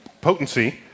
potency